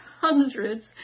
hundreds